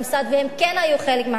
והם כן היו חלק מהממסד,